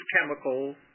chemical